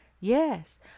Yes